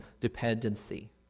dependency